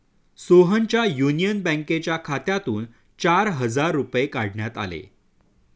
सोहनच्या युनियन बँकेच्या खात्यातून चार हजार रुपये काढण्यात आले